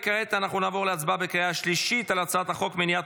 כעת נעבור להצבעה בקריאה שלישית על הצעת החוק מניעת